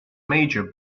major